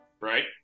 Right